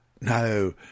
No